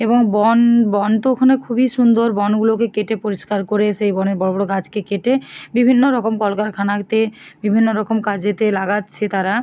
এবং বন বন তো ওখানে খুবই সুন্দর বনগুলোকে কেটে পরিষ্কার করে সেই বনের বড় বড় গাছকে কেটে বিভিন্ন রকম কলকারখানাতে বিভিন্ন রকম কাজেতে লাগাচ্ছে তারা